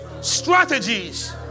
strategies